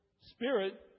spirit